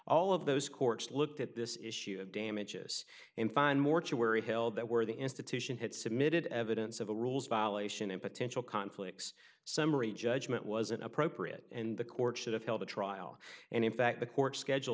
all of those courts looked at this issue of damages and find mortuary held that where the institution had submitted evidence of a rules violation and potential conflicts summary judgment was inappropriate and the court should have held a trial and in fact the court schedule